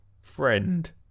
friend